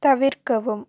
தவிர்க்கவும்